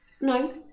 No